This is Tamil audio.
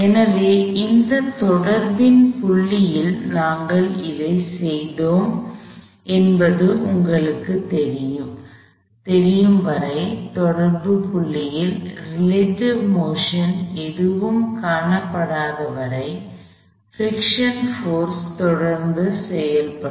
எனவே இந்த தொடர்பின் புள்ளியில் நாங்கள் அதைச் செய்தோம் என்பது உங்களுக்குத் தெரியும் வரை தொடர்புப் புள்ளியில் ரிலேடிவ் மோஷன் எதுவும் காணப்படாத வரை பிரிக்ஷன் போர்ஸ் தொடர்ந்து செயல்படும்